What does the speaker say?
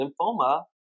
Lymphoma